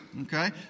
Okay